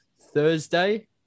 Thursday